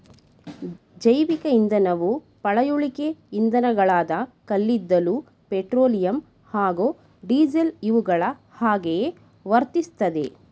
ಜೈವಿಕ ಇಂಧನವು ಪಳೆಯುಳಿಕೆ ಇಂಧನಗಳಾದ ಕಲ್ಲಿದ್ದಲು ಪೆಟ್ರೋಲಿಯಂ ಹಾಗೂ ಡೀಸೆಲ್ ಇವುಗಳ ಹಾಗೆಯೇ ವರ್ತಿಸ್ತದೆ